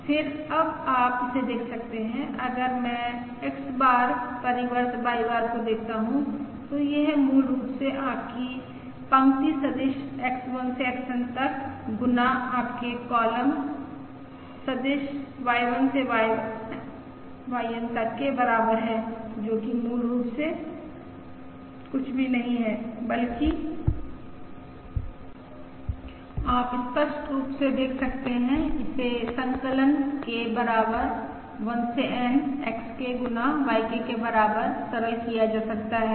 फिर अब आप इसे देख सकते हैं अगर मैं X बार परिवर्त Y को देखता हूं तो यह मूल रूप से आपकी पंक्ति सदिश X1 से XN तक गुना आपके स्तम्भ सदिश Y1 से YN तक के बराबर है जो कि मूल रूप से कुछ भी नहीं है बल्कि आप स्पष्ट रूप से देख सकते हैं इसे संकलन K बराबर 1 से N XK गुना YK के बराबर सरल किया जा सकता है